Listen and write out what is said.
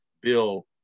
bill